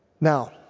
Now